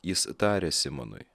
jis tarė simonui